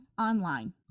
online